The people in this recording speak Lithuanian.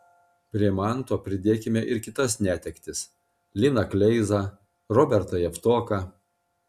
prie manto pridėkime ir kitas netektis liną kleizą robertą javtoką